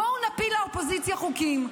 בואו נפיל לאופוזיציה חוקים.